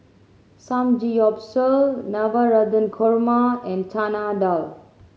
Samgeyopsal Navratan Korma and Chana Dal